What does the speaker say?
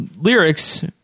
lyrics